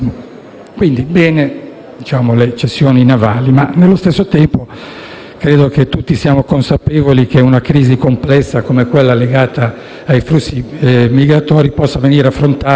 vanno bene le cessioni navali ma, nello stesso tempo, credo che tutti siamo consapevoli che una crisi complessa come quella legata ai flussi migratori possa venire affrontata